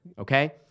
Okay